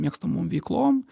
mėgstamom veiklom